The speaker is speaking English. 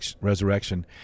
resurrection